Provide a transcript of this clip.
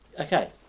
Okay